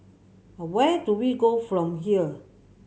where do we go from here